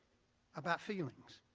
about feelings.